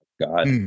God